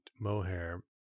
mohair